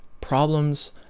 Problems